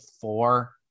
Four